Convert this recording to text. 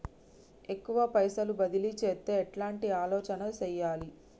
ఎక్కువ పైసలు బదిలీ చేత్తే ఎట్లాంటి ఆలోచన సేయాలి?